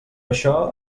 això